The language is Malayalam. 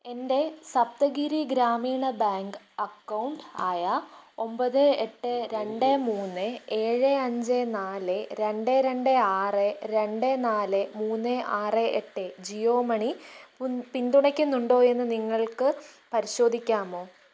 എൻ്റെ സപ്തഗിരി ഗ്രാമീണ ബാങ്ക് അക്കൗണ്ട് ആയ ഒൻപത് എട്ട് രണ്ട് മൂന്ന് ഏഴ് അഞ്ച് നാല് രണ്ട് രണ്ട് ആറ് രണ്ട് നാല് മൂന്ന് ആറ് എട്ട് ജിയോ മണി പിന്തുണയ്ക്കുന്നുണ്ടോ എന്ന് നിങ്ങൾക്ക് പരിശോധിക്കാമോ